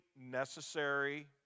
necessary